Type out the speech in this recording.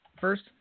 first